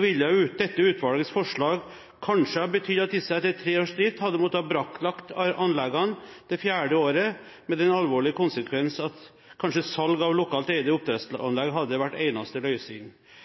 ville dette utvalgets forslag kanskje ha betydd at disse etter tre års drift hadde måttet brakklegge anleggene det fjerde året, med den alvorlige konsekvens at salg av lokalt eide oppdrettsanlegg hadde vært eneste